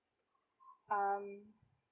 um